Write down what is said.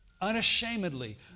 unashamedly